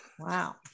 wow